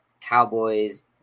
Cowboys